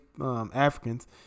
Africans